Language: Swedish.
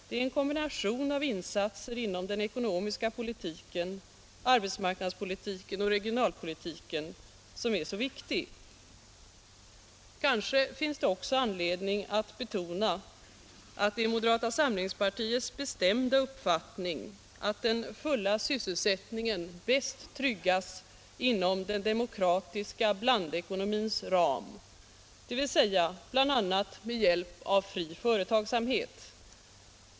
Det är kombinationen av insatser inom den ekonomiska politiken, arbetsmarknadspolitiken och regionalpolitiken som är så viktig. Kanske finns det också anledning att betona att det är moderata samlingspartiets bestämda uppfattning att den fulla sysselsättningen bäst tryggas inom den demokratiska blandekonomins ram, dvs. med hjälp av fri företagsamhet.